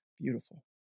beautiful